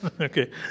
Okay